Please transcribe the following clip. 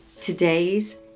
Today's